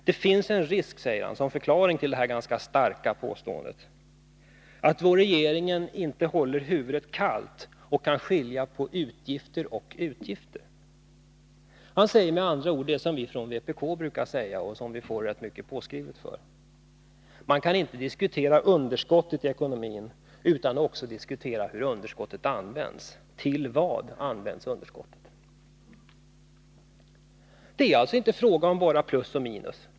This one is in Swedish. Det finns en risk” — detta sagt som en förklaring till det här ganska starka påståendet — ”att vår regering inte håller huvudet kallt och skiljer på utgifter och utgifter.” Det är med andra ord samma sak som vi från vpk brukar säga och som vi får rätt ordentligt påskrivet för, nämligen: Man kan inte diskutera underskottet i ekonomin utan att också diskutera hur och till vad underskottet används. Det är alltså inte bara fråga om plus och minus.